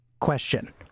question